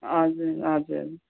हजुर हजुर